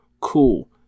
cool